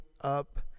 up